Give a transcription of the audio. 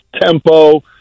tempo